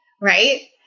right